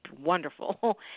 wonderful